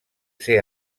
ser